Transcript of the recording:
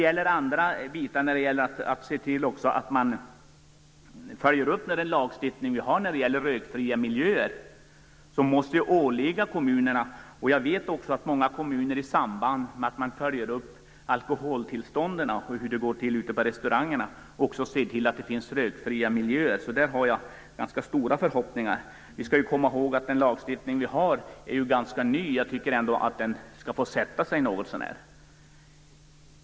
När det gäller att följa upp den lagstiftning vi har i fråga om rökfria miljöer måste detta åligga kommunerna. Jag vet att många kommuner i samband med att man följer upp alkoholtillstånden och hur det går till ute på restaurangerna också ser till att det finns rökfria miljöer, så där har jag ganska stora förhoppningar. Vi skall komma ihåg att den lagstiftning vi har är ganska ny. Jag tycker nog att den måste få sätta sig något så när.